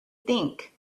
think